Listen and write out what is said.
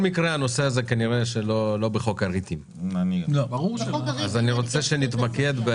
אני מבקשת שהתכנית תכלול